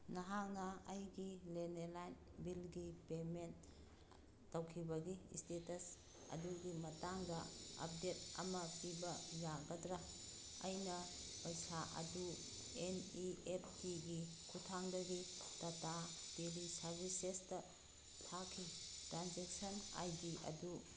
ꯅꯍꯥꯛꯅ ꯑꯩꯒꯤ ꯅꯦꯂꯦꯂꯥꯏꯟ ꯕꯤꯜꯒꯤ ꯄꯦꯃꯦꯟ ꯇꯧꯈꯤꯕꯒꯤ ꯁ꯭ꯇꯦꯇꯁ ꯑꯗꯨꯒꯤ ꯃꯇꯥꯡꯗ ꯑꯞꯗꯦꯠ ꯑꯃ ꯄꯤꯕ ꯌꯥꯒꯗ꯭ꯔꯥ ꯑꯩꯅ ꯄꯩꯁꯥ ꯑꯗꯨ ꯑꯦꯟ ꯏ ꯑꯦꯐ ꯇꯤꯒꯤ ꯈꯨꯊꯥꯡꯗꯒꯤ ꯇꯥꯇꯥ ꯇꯦꯕꯤ ꯁꯥꯔꯕꯤꯁꯦꯁꯇ ꯊꯥꯈꯤ ꯇ꯭ꯔꯥꯟꯖꯦꯛꯁꯟ ꯑꯥꯏ ꯗꯤ ꯑꯗꯨ